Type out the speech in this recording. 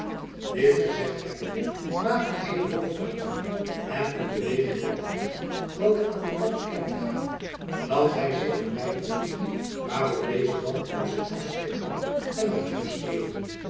dit gezegd hebbende maakte hy een hoofdbuiging en een beweging met de hand welke aan buat te kennen gaven dat hy zich verwijderen mocht waarop deze dan ook zijn afscheid nam en naar huis keerde